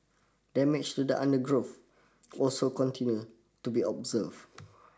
damage to the undergrowth also continue to be observe